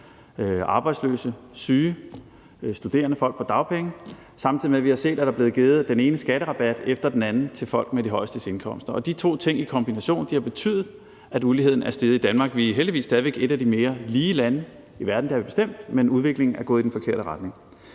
arbejdsløse, syge, studerende og folk på dagpenge – samtidig med at vi har set, at der er blevet givet den ene skatterabat efter den anden til folk med de højeste indkomster. De to ting i kombination har betydet, at uligheden er steget i Danmark. Vi er heldigvis stadig væk et af de mere lige lande i verden, det er vi bestemt, men udviklingen er gået i den forkerte retning.